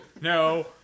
no